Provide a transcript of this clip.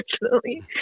unfortunately